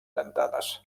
dentades